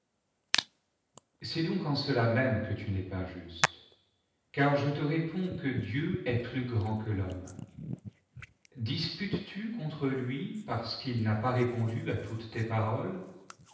c'est donc en cela même que tu n'es pas juste car je te réponds que dieu est plus grand que l'homme disputé contre lui parce qu'il n'a pas répondu à toutes tes paroles